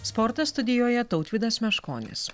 sportas studijoje tautvydas meškonis